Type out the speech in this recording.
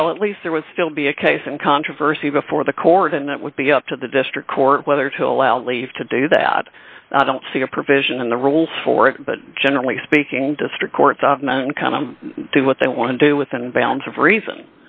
well at least there would still be a case and controversy before the court and it would be up to the district court whether to allow leave to do that i don't see a provision in the rules for it but generally speaking district courts kind of do what they want to do with and balance of reason